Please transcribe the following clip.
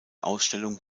ausstellung